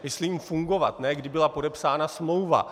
Myslím fungovat, ne kdy byla podepsána smlouva.